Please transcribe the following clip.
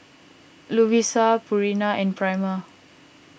Lovisa Purina and Prima